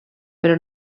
però